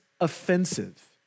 offensive